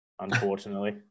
unfortunately